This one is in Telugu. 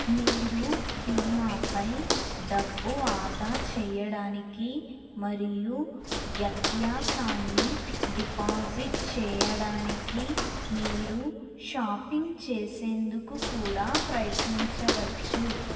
మీరు బీమాపై డబ్బు ఆదా చేయడానికి మరియు వ్యత్యాసాన్ని డిపాజిట్ చేయడానికి మీరు షాపింగ్ చేసేందుకు కూడా ప్రయత్నించవచ్చు